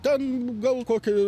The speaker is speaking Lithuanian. ten gal kokį